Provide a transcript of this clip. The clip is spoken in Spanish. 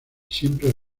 siempre